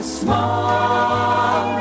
small